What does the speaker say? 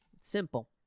simple